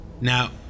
Now